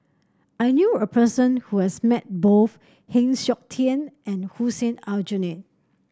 I knew a person who has met both Heng Siok Tian and Hussein Aljunied